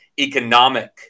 economic